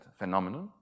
phenomenon